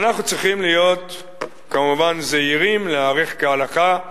אנחנו צריכים להיות כמובן זהירים, להיערך כהלכה,